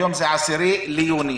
היום זה ה-10 ליוני.